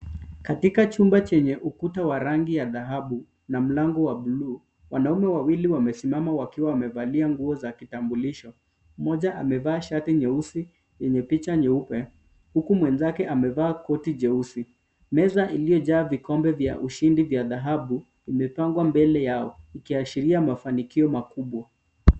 Katika chumba chenye ukuta wa rangi ya ya dhahabu na mlango wa buluu, wanaume wawili wamesimama wakiwa wamevalia nguo za kitambulisho. Mmoja amevaa shati nyeusi, yenye picha nyeupe, huku mwenzake amevaa koti jeusi. Meza iliyojaa vikombe vya ushindi vya dhahabu, vimepangwa mbele yao, ikiashiria ya mafanikio makubwa.